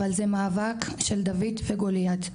אבל זה מאבק של דויד וגוליית.